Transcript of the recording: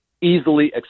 easily